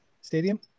stadium